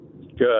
Good